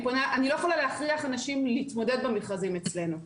אני לא יכולה להכריח אנשים להתמודד במכרזים אצלנו.